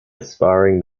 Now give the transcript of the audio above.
aspiring